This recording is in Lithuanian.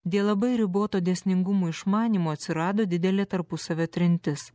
dėl labai riboto dėsningumų išmanymo atsirado didelė tarpusavio trintis